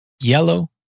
yellow